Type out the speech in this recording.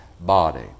body